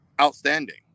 outstanding